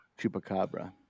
Chupacabra